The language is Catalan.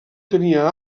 tenia